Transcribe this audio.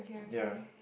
ya